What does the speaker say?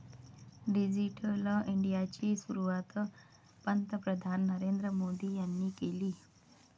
digital इंडियाची सुरुवात पंतप्रधान नरेंद्र मोदी यांनी केली